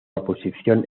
oposición